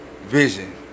vision